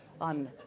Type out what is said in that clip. on